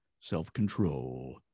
self-control